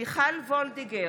מיכל וולדיגר,